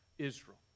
Israel